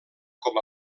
com